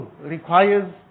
requires